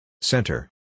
Center